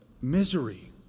misery